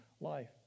life